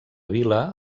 vila